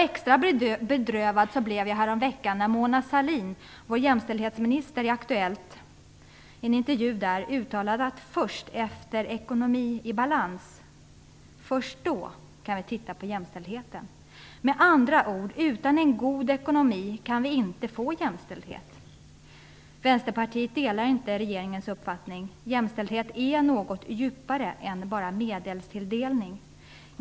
Extra bedrövad blev jag häromveckan när Mona Sahlin, vår jämställdhetsminister, i en intervju i Aktuellt uttalade att vi först efter att ha fått ekonomin i balans kan titta på jämställdheten. Utan en god ekonomi kan vi med andra ord inte få jämställdhet. Vänsterpartiet delar inte regeringens uppfattning. Jämställdhet är något djupare än bara medelstilldelning.